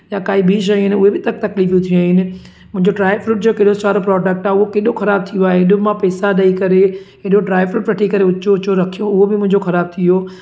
या काई बि शयुनि उहे बि तक तकलीफ़ूं थियूं आहिनि मुंहिंजो ड्राइफ्रूट जो केॾो सारो प्रॉडक्ट आहे उहो केॾो ख़राबु थी वियो आहे कहिड़ो मां पैसा ॾेई करे हेॾो ड्राएफ्रूट वठी करे ऊचो ऊचो रखियो उहो बि मुंहिंजो ख़राबु थी वियो